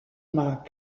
mag